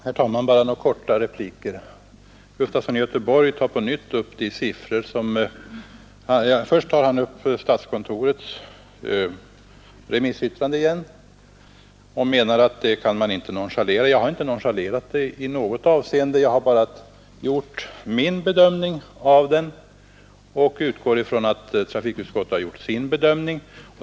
Herr talman! Bara några korta repliker. Herr Gustafson i Gteborg tar på nytt upp statskontorets remissyttrande och säger att man inte kan nonchalera det. Jag har inte i något avseende nonchalerat det. Jag har bara gjort min bedömning av yttrandet och utgår ifrån att trafikutskottets majoritet gjort sin.